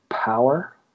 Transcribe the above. power